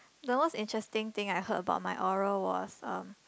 the most interesting thing I heard about my oral was um